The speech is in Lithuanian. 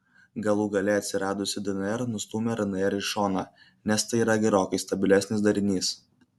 galų gale atsiradusi dnr nustūmė rnr į šoną nes tai yra gerokai stabilesnis darinys